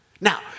Now